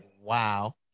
wow